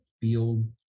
field